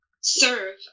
serve